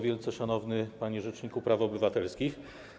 Wielce Szanowny Panie Rzeczniku Praw Obywatelskich!